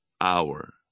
hour